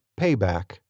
payback